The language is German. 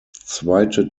zweite